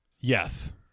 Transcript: Yes